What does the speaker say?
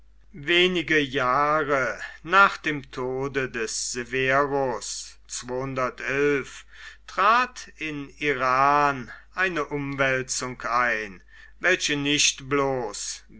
wenige jahre nach dem tode des sever trat in iran eine umwälzung ein welche nicht bloß